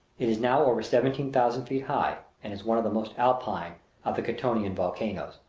it is now over seventeen thousand feet high, and is one of the most alpine of the quitonian volcanoes,